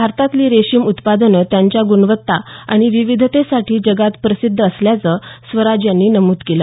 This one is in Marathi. भारतातली रेशीम उत्पादनं त्यांच्या गुणवत्ता आणि विविधतेसाठी जगात प्रसिद्ध असल्याचं स्वराज यांनी नमूद केलं